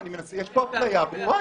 יש פה אפליה ברורה.